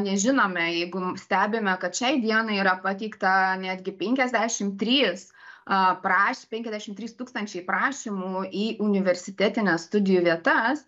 nežinome jeigu stebime kad šiai dienai yra pateikta netgi penkiasdešimt trys praš penkiasdešimt trys tūkstančiai prašymų į universitetines studijų vietas